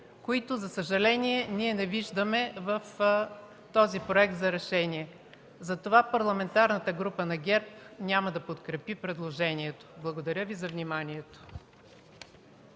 които, за съжаление, не виждаме в този проект за решение, затова Парламентарната група на ГЕРБ няма да подкрепи предложението. Благодаря Ви за вниманието.